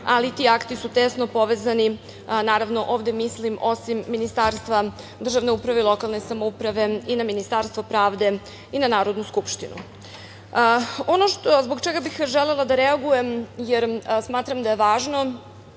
ali ti akti su teško povezani. Naravno, ovde mislim osim Ministarstva državne uprave i lokalne samouprave i na Ministarstvo pravde i na Narodnu skupštinu. Ono zbog čega bih želela da reagujem jer smatram da je važno